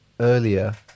Earlier